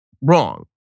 wrong